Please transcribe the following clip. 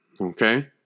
Okay